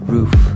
Roof